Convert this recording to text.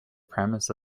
premise